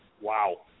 Wow